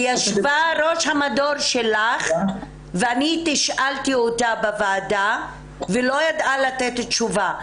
ראש המדור שלך ישבה ואני תשאלתי אותה בוועדה והיא לא ידעה לתת תשובה.